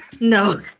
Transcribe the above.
No